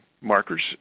markers